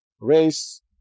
race